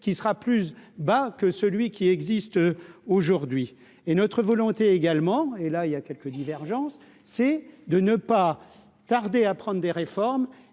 qui sera plus bas que celui qui existe aujourd'hui et notre volonté, également, et là il y a quelques divergences, c'est de ne pas tarder à prendre des réformes